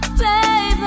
baby